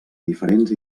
diferents